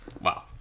Wow